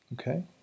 okay